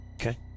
Okay